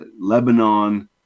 Lebanon